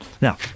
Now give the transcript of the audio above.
Now